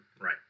Right